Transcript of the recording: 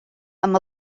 amb